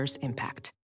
impact